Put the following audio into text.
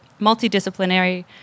multidisciplinary